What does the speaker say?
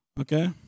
okay